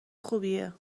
خوبیه